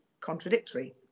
contradictory